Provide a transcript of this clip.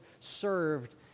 served